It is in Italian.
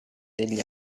degli